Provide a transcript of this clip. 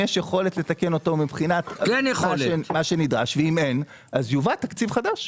-- לתקן אותו מבחינת מה שנדרש ואם אין אז יובא תקציב חדש.